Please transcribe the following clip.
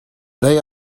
they